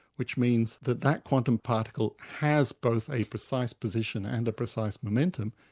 which means that that quantum particle has both a precise position and a precise momentum,